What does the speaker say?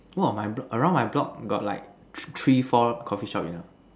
one of my block around my block got like three four Coffee shop you know